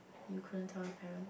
you couldn't tell your parent